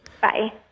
Bye